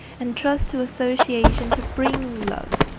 and trust to association to bring love.